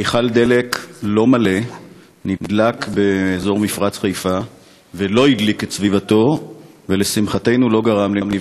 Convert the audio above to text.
מכל דלק לא מלא נדלק באזור מפרץ חיפה ולא הדליק את סביבתו,